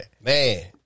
man